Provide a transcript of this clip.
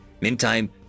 Meantime